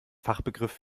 fachbegriff